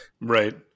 Right